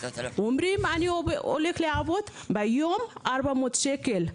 אומרים שאני הולך לעבוד ומרוויח ביום 400 שקלים,